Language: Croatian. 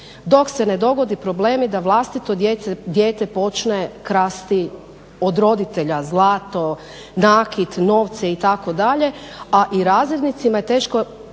dok se ne dogodi problem da vlastito dijete počne krasti od roditelja zlato, nakit, novce itd. a ja kao razrednica sam doslovce